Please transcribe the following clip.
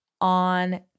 on